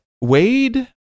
wade